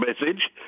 message